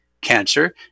cancer